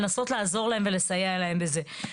לנסות לעזור להם ולסייע להם בזה.